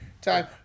time